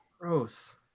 gross